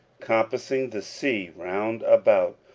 compassing the sea round about.